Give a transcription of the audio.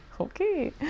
Okay